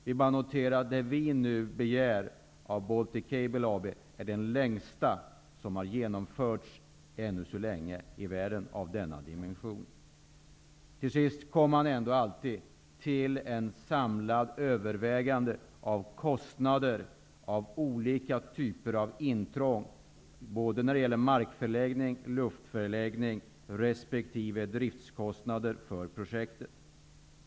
Vi bara noterar att det vi nu begär av Baltic Cable AB är den längsta av denna dimension som ännu så länge har genomförts i världen. Till sist kommer man ändå alltid till ett samlat övervägande av kostnader och olika typer av intrång, både när det gäller markförläggning och luftförläggning och när det gäller driftskostnader för projektet.